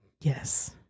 Yes